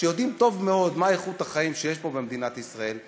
שיודעים טוב מאוד מה איכות החיים שיש פה במדינת ישראל,